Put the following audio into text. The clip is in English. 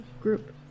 group